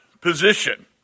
position